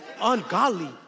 ungodly